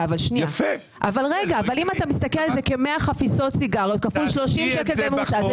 אם אתה מסתכל על כ-100 חפיסות סיגריות כפול 30 שקלים בממוצע,